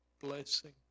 blessing